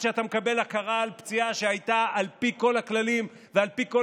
שאתה מקבל הכרה על פציעה שעל פי כל הכללים ועל פי כל